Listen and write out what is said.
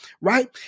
right